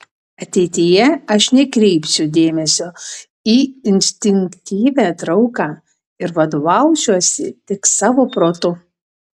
ateityje aš nekreipsiu dėmesio į instinktyvią trauką ir vadovausiuosi tik savo protu